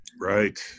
Right